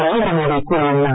நரேந்திர மோடி கூறியுள்ளார்